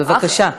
בבקשה.